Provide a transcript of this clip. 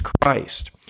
Christ